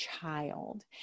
child